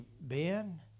Ben